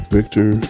Victor